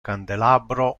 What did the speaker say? candelabro